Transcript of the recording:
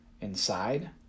Inside